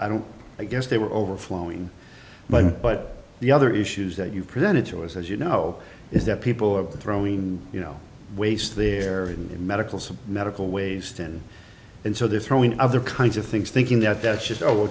i don't i guess they were overflowing but but the other issues that you presented to us as you know is that people of throwing you know waste their medicals medical waste in and so they're throwing other kinds of things thinking that that's just